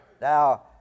Now